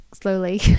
slowly